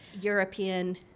European